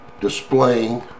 displaying